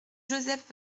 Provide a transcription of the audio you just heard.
joseph